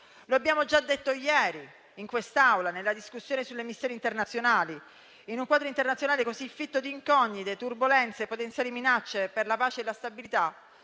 Come abbiamo già detto ieri in quest'Aula nella discussione sulle missioni internazionali, in un quadro internazionale così fitto di incognite, turbolenze e potenziali minacce per la pace e la stabilità,